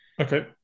Okay